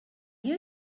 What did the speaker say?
you